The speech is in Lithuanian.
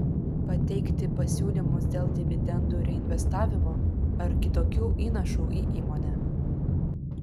pateikti pasiūlymus dėl dividendų reinvestavimo ar kitokių įnašų į įmonę